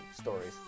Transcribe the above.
stories